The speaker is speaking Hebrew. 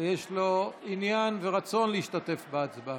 ויש לו עניין ורצון להשתתף בהצבעה?